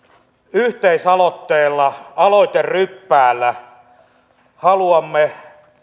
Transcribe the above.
yhteisaloitteella aloiteryppäällä haluamme